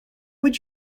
would